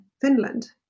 Finland